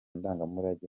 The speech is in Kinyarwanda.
ndangamurage